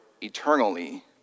eternally